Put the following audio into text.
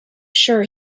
sure